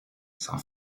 sans